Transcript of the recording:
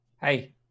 Hey